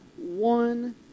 one